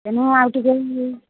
ତଣୁ ଆଉ ଟିକେ